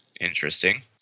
Interesting